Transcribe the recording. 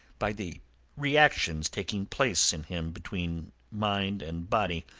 by the reactions taking place in him between mind and body,